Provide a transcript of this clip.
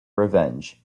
revenge